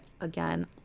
again